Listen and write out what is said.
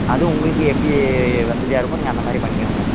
அது உங்களுக்கு எப்படி வசதியாக இருக்கோ நீங்கள் அந்த மாதிரி பண்ணிக்கோங்க